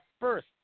first